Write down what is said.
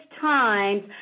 times